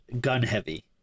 gun-heavy